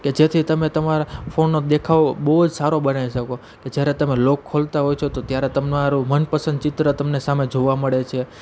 કે જેથી તમે તમારા ફોનનો દેખાવો બહુ જ સારો બનાવી શકો કે જ્યારે તમે લોક ખોલતા હોવ છો તો ત્યારે તમે તમારું મનપસંદ ચિત્ર તમને સામે જોવા મળે છે